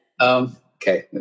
Okay